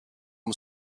was